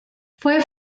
fue